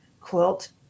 quilt